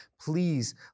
Please